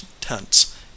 tents